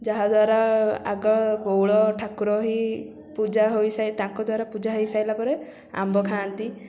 ଯାହା ଦ୍ୱାରା ଆଗ ବଉଳ ଠାକୁର ହିଁ ପୂଜା ହୋଇ ସାରି ତାଙ୍କ ଦ୍ୱାରା ପୂଜା ହେଇ ସାରିଲା ପରେ ଆମ୍ବ ଖାଆନ୍ତି